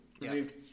removed